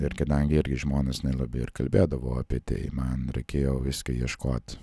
ir kadangi irgi žmonės nelabai ir kalbėdavo apie tai man reikėjo viską ieškot